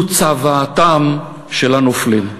זו צוואתם של הנופלים.